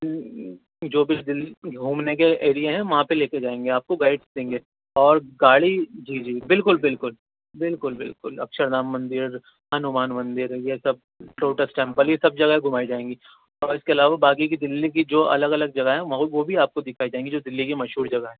جو بھی دہلی میں گھومنے کے ایریے ہیں وہاں پہ لے کے جائیں گے آپ کو گائڈ دیں گے اور گاڑی جی جی بالکل بالکل بالکل بالکل اکشردھام مندر ہنومان مندر یہ سب لوٹس ٹیمپل یہ سب جگہیں گھمائی جائیں گی اور اس کے علاوہ باقی کی دہلی کی جو الگ الگ جگہیں ہیں وہ بھی آپ کو دکھائی جائیں گی جو دہلی کی مشہور جگہ ہیں